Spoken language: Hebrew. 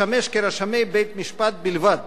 לשמש כרשמי בית-משפט בלבד.